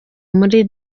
muri